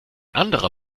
anderer